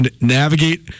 navigate